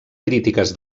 crítiques